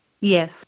Yes